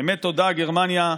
באמת תודה, גרמניה.